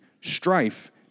strife